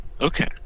Okay